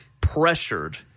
pressured